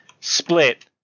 split